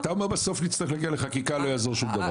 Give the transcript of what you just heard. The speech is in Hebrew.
בסוף לא יעזור שום דבר